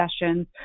sessions